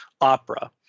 opera